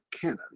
canon